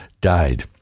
died